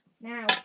now